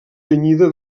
tenyida